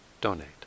donate